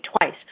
twice